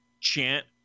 chant